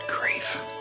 grief